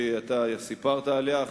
שאתה סיפרת עליה,